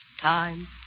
time